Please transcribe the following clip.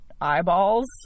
eyeballs